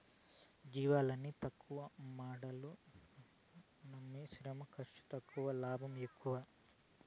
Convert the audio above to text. జీవాలని తక్కువగా మాట్లాడకమ్మీ శ్రమ ఖర్సు తక్కువ లాభాలు ఎక్కువ